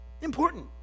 important